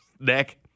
neck